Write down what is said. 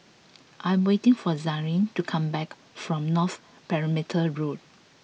I am waiting for Zaire to come back from North Perimeter Road